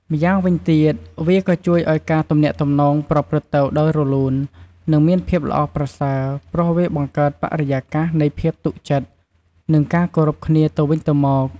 ម្យ៉ាងវិញទៀត វាក៏ជួយឲ្យការទំនាក់ទំនងប្រព្រឹត្តទៅដោយរលូន និងមានភាពល្អប្រសើរ ព្រោះវាបង្កើតបរិយាកាសនៃភាពទុកចិត្ត និងការគោរពគ្នាទៅវិញទៅមក។